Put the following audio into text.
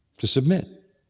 to submit,